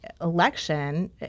Election